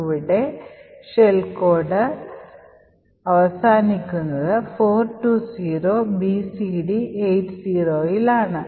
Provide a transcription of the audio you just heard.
ഇപ്പോൾ shell code ഇവിടെ അവസാനിക്കുന്നത് 420BCD80ൽ ആണ്